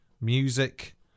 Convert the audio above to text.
music